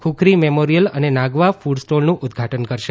Khukri memorial અને નાગાવા ફૂડસ્ટોલનું ઉદઘાટન કરશે